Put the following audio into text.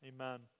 amen